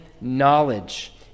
knowledge